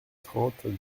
trente